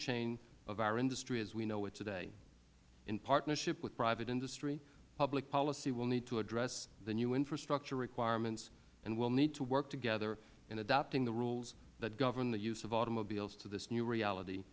chain of our industry as we know it today in partnership with private industry public policy will need to address the new infrastructure requirements and we will need to work together in adapting the rules that govern the use of automobiles to this new reality